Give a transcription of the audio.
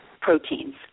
proteins